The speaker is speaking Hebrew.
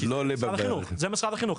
זה משרד החינוך.